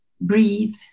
breathe